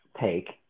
take